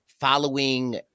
following